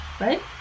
right